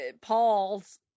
paul's